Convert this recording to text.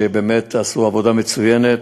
שבאמת עשו עבודה מצוינת,